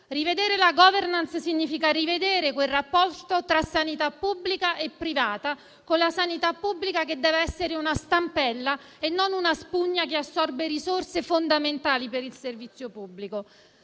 Rivedere la *governance* implica una revisione del rapporto tra sanità pubblica e privata, con la sanità pubblica che deve essere una stampella e non una spugna che assorbe risorse fondamentali per il servizio pubblico.